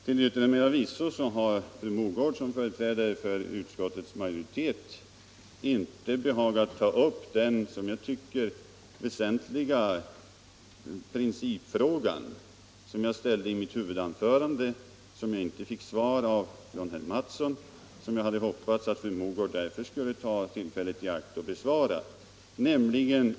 Till yttermera visso har fru Mogård som företrädare för utskottets majoritet inte behagat ta upp den som jag tycker väsentliga principfråga som jag ställde i mitt huvudanförande. Jag fick inget svar av herr Mattsson i Lane-Herrestad, och jag hade därför hoppats att fru Mogård skulle ta tillfället i akt och svara på den.